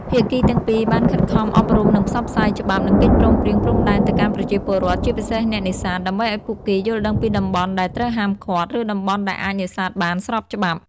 ភាគីទាំងពីរបានខិតខំអប់រំ និងផ្សព្វផ្សាយច្បាប់ និងកិច្ចព្រមព្រៀងព្រំដែនទៅកាន់ប្រជាពលរដ្ឋ ជាពិសេសអ្នកនេសាទ ដើម្បីឱ្យពួកគេយល់ដឹងពីតំបន់ដែលត្រូវហាមឃាត់ ឬតំបន់ដែលអាចនេសាទបានស្របច្បាប់។